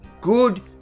good